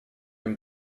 and